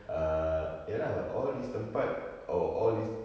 err ya lah all this tempat or all this